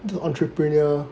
the entrepreneur